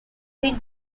been